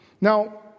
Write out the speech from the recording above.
Now